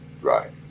Right